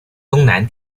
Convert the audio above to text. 东南